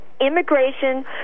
immigration